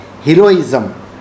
Heroism